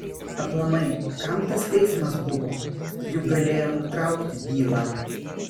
aplamai kam tas teismas buvo juk galėjo nutraukti bylą